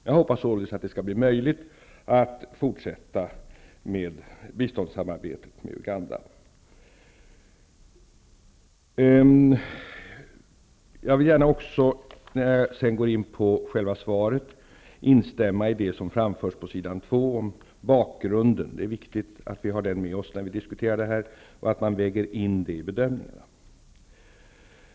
Jag hoppas således att det skall bli möjligt att fortsätta biståndssamarbetet med Uganda Jag vill gärna instämma i vad som anförs i svaret om bakgrunden. Det är viktigt att vi har den med oss när vi diskuterar och att man väger in den i i bedömningarna.